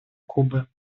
кубы